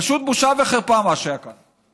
פשוט בושה וחרפה, מה שהיה כאן.